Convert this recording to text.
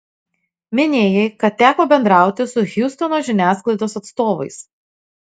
minėjai kad teko bendrauti su hjustono žiniasklaidos atstovais